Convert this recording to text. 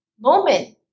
moment